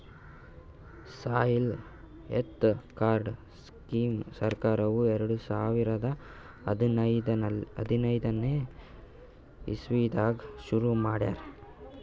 soil health card scheme ಸರ್ಕಾರ್ದವ್ರು ಎರಡ ಸಾವಿರದ್ ಹದನೈದನೆ ಇಸವಿದಾಗ ಶುರು ಮಾಡ್ಯಾರ್